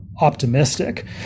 optimistic